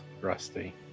Rusty